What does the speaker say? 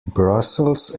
brussels